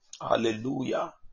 Hallelujah